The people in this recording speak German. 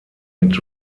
mit